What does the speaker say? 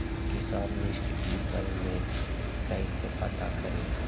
किसान मित्र ई सब मे कईसे पता करी?